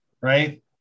right